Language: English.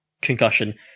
Concussion